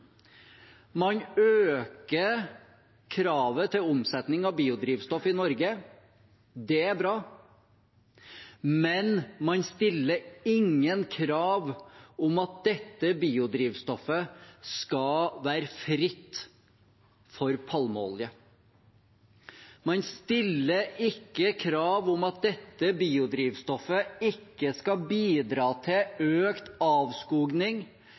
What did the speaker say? Man øker kravet til omsetning av biodrivstoff i Norge. Det er bra. Men man stiller ingen krav om at dette biodrivstoffet skal være fritt for palmeolje. Man stiller ikke krav om at dette biodrivstoffet ikke skal bidra til økt